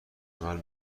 عمل